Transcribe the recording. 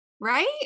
Right